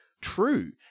true